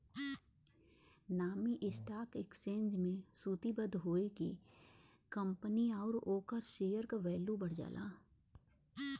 नामी stock exchange में सूचीबद्ध होये से कंपनी आउर ओकरे शेयर क वैल्यू बढ़ जाला